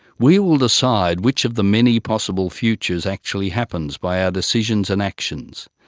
we will decide which of the many possible futures actually happens by our decisions and actions,